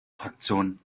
fraktionen